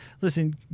listen